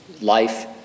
life